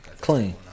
Clean